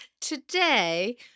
Today